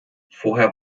vorher